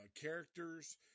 characters